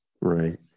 Right